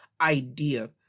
idea